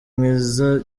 mwiza